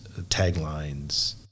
taglines